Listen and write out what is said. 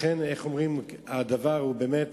לכן, הדבר הוא באמת